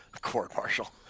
Court-martial